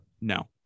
No